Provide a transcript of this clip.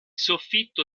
soffitto